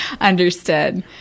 understood